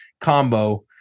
combo